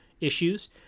issues